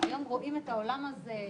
היום את העולם הזה,